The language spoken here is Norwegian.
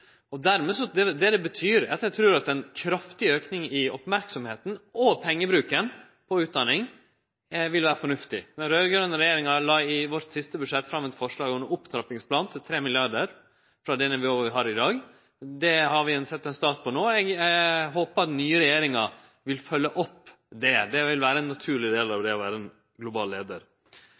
vil vere fornuftig. Den raud-grøne regjeringa la i sitt siste budsjett fram forslag om ein opptrappingsplan på 3 mrd. kr frå det nivået vi har i dag. Det har vi sett ein start på no. Eg håpar den nye regjeringa vil følgje opp det. Det vil vere ein naturleg del av det å vere ein global